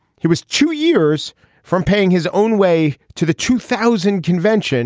he was two years from paying his own way to the two thousand convention